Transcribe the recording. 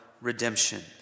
redemption